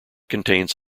contains